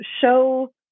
show